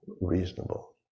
reasonable